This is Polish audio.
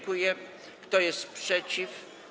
Kto jest przeciw?